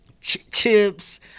Chips